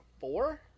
four